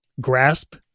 grasp